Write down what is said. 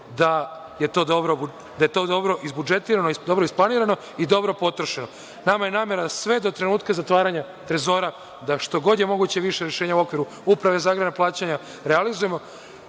dobro isplanirano i dobro potrošeno. Nama je namera sve do trenutka zatvaranja trezora da što god je moguće više rešenja u okviru Uprave za agrarna plaćanja realizujemo.